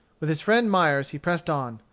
with his friend myers he pressed on,